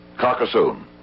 Carcassonne